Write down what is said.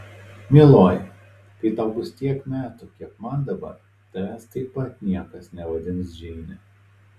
mieloji kai tau bus tiek metų kiek man dabar tavęs taip pat niekas nevadins džeine